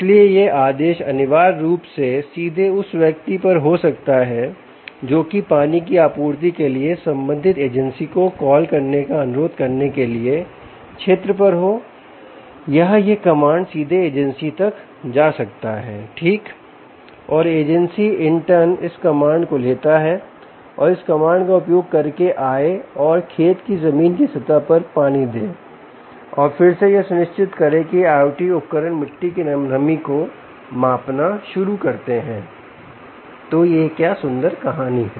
इसलिए यह आदेश अनिवार्य रूप से सीधे उस व्यक्ति पर हो सकता है जोकि पानी की आपूर्ति के लिए संबंधित एजेंसी को कॉल करने का अनुरोध करने के लिए क्षेत्र पर हो या यह कमांड सीधे एजेंसी तक जा सकता है ठीक और एजेंसी इंटर्न इस कमांड को लेता है और इस कमांड का उपयोग करके आए और खेत की जमीन की सतह पर पानी दे और फिर से यह सुनिश्चित करें कि ये IOT उपकरण मिट्टी की नमी को मापना शुरू करते हैं तो यह क्या सुंदर कहानी है